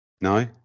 No